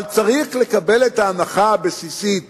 אבל, צריך לקבל את ההנחה הבסיסית